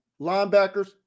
linebackers